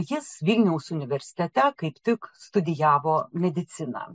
jis vilniaus universitete kaip tik studijavo mediciną